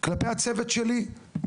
כלפי הצוות שלי,